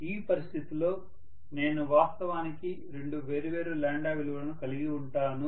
ఈ పరిస్థితిలో నేను వాస్తవానికి రెండు వేర్వేరు విలువలను కలిగి ఉంటాను